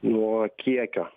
nuo kiekio